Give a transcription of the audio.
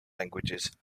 languages